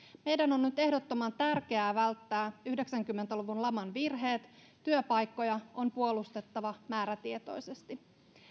meidän on nyt ehdottoman tärkeää välttää yhdeksänkymmentä luvun laman virheet työpaikkoja on puolustettava määrätietoisesti